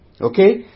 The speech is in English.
Okay